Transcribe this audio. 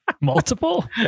Multiple